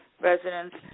residents